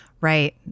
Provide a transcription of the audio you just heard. Right